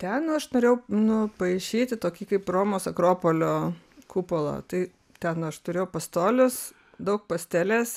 ten aš norėjau nupaišyti tokį kaip romos akropolio kupolą tai ten aš turėjau pastolius daug pastelės